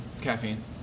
Caffeine